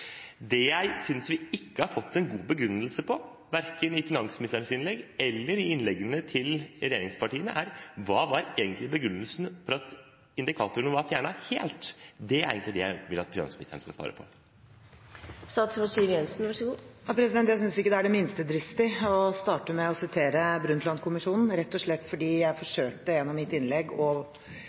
Det jeg synes vi ikke har fått en god begrunnelse for, verken i finansministerens innlegg eller i innleggene til regjeringspartiene, er hva begrunnelsen egentlig var for at indikatorene var fjernet helt. Det er egentlig det jeg vil at finansministeren skal svare på. Jeg synes ikke det er det minste dristig å starte med å sitere Brundtland-kommisjonen, rett og slett fordi jeg forsøkte gjennom mitt innlegg å